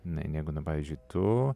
ne negu nu pavyzdžiui tu